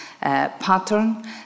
pattern